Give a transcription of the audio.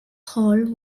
hall